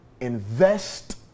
Invest